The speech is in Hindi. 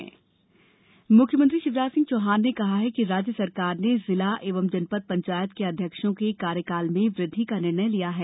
पंचायत कार्यकाल म्ख्यमंत्री शिवराज सिंह चौहान ने कहा है कि राज्य सरकार ने जिला एवं जनपद पंचायत के अध्यक्षों के कार्यकाल में वृद्धि का निर्णय लिया है